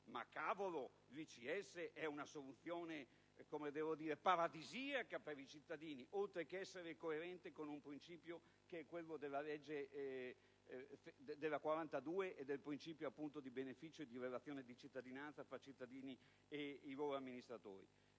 l'ICS è una soluzione paradisiaca per i cittadini, oltre che essere coerente con i principi della legge n. 42 del 2009, cioè di beneficio e di relazione di cittadinanza tra cittadini e i loro amministratori.